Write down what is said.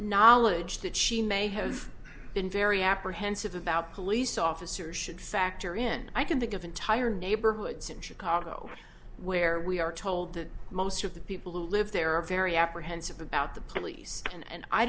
knowledge that she may have been very apprehensive about police officers should factor in i can think of entire neighborhoods in chicago where we are told that most of the people who live there are very apprehensive about the police and